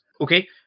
Okay